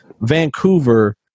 Vancouver